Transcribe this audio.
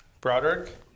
Broderick